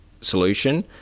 solution